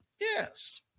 Yes